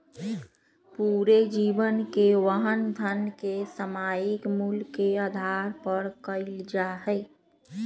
पूरे जीवन के वहन धन के सामयिक मूल्य के आधार पर कइल जा हई